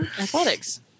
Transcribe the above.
Athletics